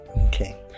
Okay